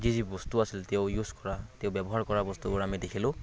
যি যি বস্তু আছিল তেওঁ ইউজ কৰা তেওঁ ব্যৱহাৰ কৰা বস্তুবোৰ আমি দেখিলোঁ